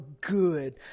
good